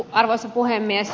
arvoisa puhemies